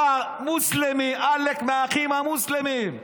אתה מוסלמי, עלק מהאחים המוסלמים,